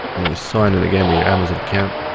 and you sign in again with your amazon account.